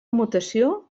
mutació